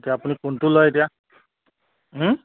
এতিয়া আপুনি কোনটো লয় এতিয়া